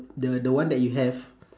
the the one that you have